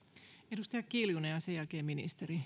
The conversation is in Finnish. edustaja kiljunen ja sen jälkeen ministeri